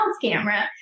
camera